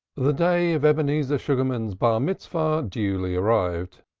the day of ebenezer sugarman's bar-mitzvah duly arrived.